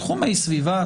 תחומי סביבה,